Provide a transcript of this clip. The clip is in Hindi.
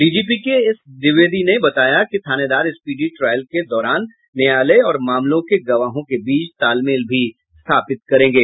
डीजीपी के एस द्विवेदी ने बताया थानेदार स्पीडी ट्रायल के दौरान न्यायालय और मामलों के गवाहों के बीच तालमेल भी स्थापित करेंगे